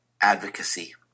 advocacy